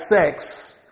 sex